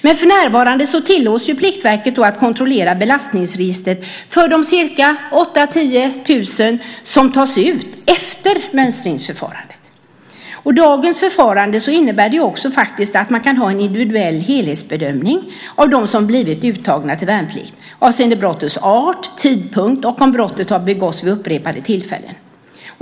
Men för närvarande tillåts Pliktverket att kontrollera belastningsregistret för de 8 000-10 000 som tas ut efter mönstringsförfarandet. Dagens förfarande innebär också att man kan göra en individuell helhetsbedömning av dem som blivit uttagna till värnplikt avseende brottets art, tidpunkt och om brottet har begåtts vid upprepade tillfällen.